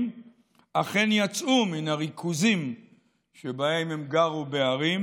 אכן יצאו מן הריכוזים שבהם הם גרו בערים.